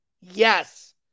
Yes